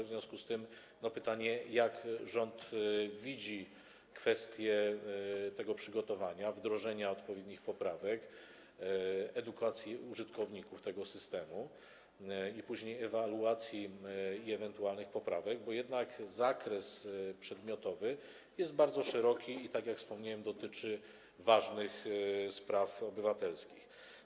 W związku z tym pytanie, jak rząd widzi kwestię przygotowania tego, wdrożenia odpowiednich poprawek, edukacji użytkowników tego systemu i później ewaluacji i ewentualnych poprawek, bo jednak zakres przedmiotowy jest bardzo szeroki i tak jak wspomniałem, dotyczy ważnych spraw obywatelskich.